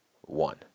one